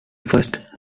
first